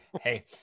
hey